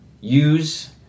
use